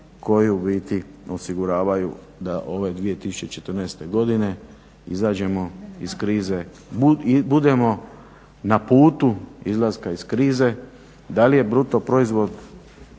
koji u biti osiguravaju da ove 2014. godine izađemo iz krize i budemo na putu izlaska iz krize. Da li je brutoproizvod